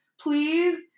Please